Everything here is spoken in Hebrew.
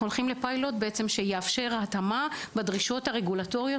אנחנו הולכים לפיילוט שיאפשר התאמה בדרישות הרגולטוריות